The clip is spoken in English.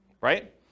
right